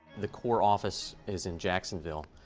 the corps office is in jacksonville,